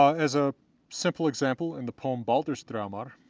as a simple example, in the poem baldrs draumar,